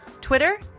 Twitter